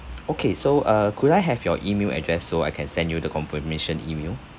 okay so uh could I have your email address so I can send you the confirmation email